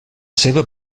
seva